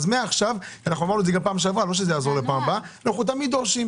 אז מעכשיו אמרנו את זה גם בפעם שעברה אנחנו תמיד דורשים,